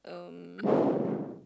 um